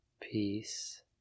peace